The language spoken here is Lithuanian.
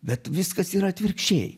bet viskas yra atvirkščiai